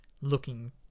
looking